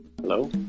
Hello